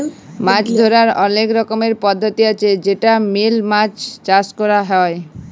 মাছ ধরার অলেক রকমের পদ্ধতি আছে যেটা মেলে মাছ চাষ ক্যর হ্যয়